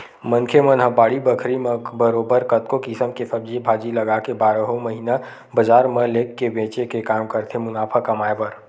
मनखे मन ह बाड़ी बखरी म बरोबर कतको किसम के सब्जी भाजी लगाके बारहो महिना बजार म लेग के बेंचे के काम करथे मुनाफा कमाए बर